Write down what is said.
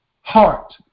heart